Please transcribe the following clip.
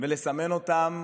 ולסמן אותם